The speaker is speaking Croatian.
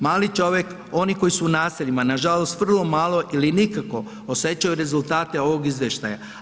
Mali čovjek, oni koji su u naseljima nažalost vrlo malo ili nikako osjećaju rezultate ovog izvještaja.